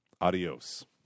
adios